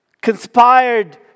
conspired